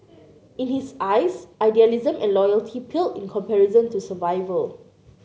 in his eyes idealism and loyalty paled in comparison to survival